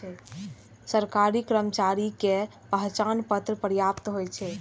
सरकारी कर्मचारी के पहचान पत्र पर्याप्त होइ छै